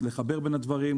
לחבר בין הדברים,